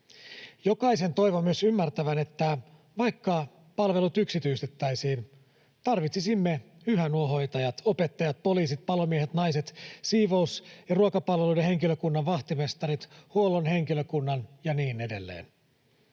Jokaisen toivon myös ymmärtävän, että vaikka palvelut yksityistettäisiin, tarvitsisimme yhä nuo hoitajat, opettajat, poliisit, palomiehet, -naiset, siivous- ja ruokapalveluiden henkilökunnan, vahtimestarit, huollon henkilökunnan ja niin edelleen.